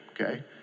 okay